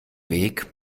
weg